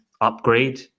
upgrade